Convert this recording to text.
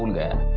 um that